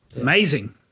amazing